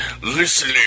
listen